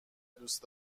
دوست